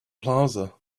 plaza